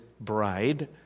bride